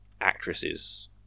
actresses